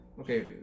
Okay